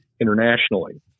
internationally